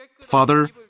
Father